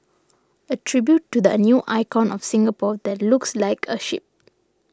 a tribute to the a new icon of Singapore that looks like a ship